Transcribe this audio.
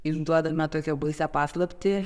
išduodame tokią baisią paslaptį